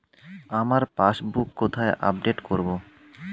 আমার পাসবুক কোথায় আপডেট করব?